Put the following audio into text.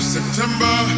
September